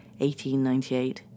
1898